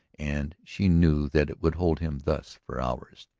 and she knew that it would hold him thus for hours.